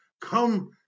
Come